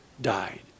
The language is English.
died